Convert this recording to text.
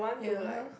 ya !huh!